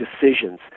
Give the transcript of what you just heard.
decisions